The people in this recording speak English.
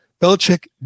Belichick